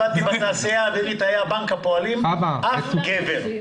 בתעשייה האווירית היה בנק פועלים ולא היה בו ולו גבר אחד.